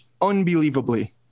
unbelievably